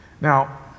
Now